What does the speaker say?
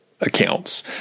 accounts